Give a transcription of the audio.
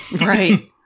Right